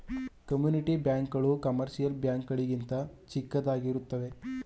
community bank ಗಳು commercial bank ಗಳಿಗಿಂತ ಚಿಕ್ಕದಾಗಿರುತ್ತವೆ